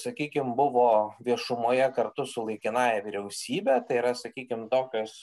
sakykim buvo viešumoje kartu su laikinąja vyriausybe tai yra sakykim tokios